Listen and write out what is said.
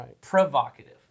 provocative